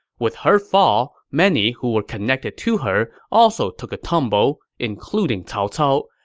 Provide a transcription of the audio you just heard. with her fall, many who were connected to her also took a tumble, including cao cao,